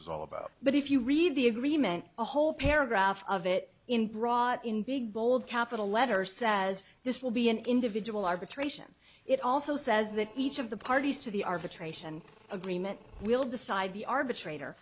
is all about but if you read the agreement a whole paragraph of it in brought in big bold capital letter says this will be an individual arbitration it also says that each of the parties to the arbitration agreement will decide the arbitrator